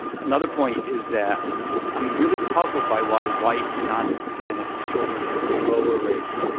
another point is that i'm really puzzled by why white non-hispanic children have lower rates,